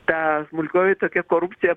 ta smulkioji tokia korupcija